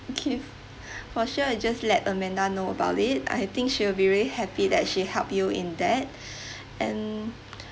gift for sure we'll just let amanda know about it I think she will be very happy that she help you in that and